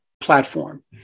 platform